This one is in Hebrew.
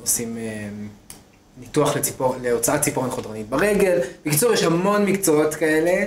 עושים ניתוח להוצאת ציפורן חודרנית ברגל, בקיצור יש המון מקצועות כאלה,